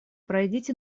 пройдите